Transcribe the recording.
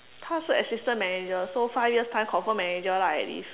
他是 assistant manager so five years time confirm manager lah at least